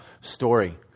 story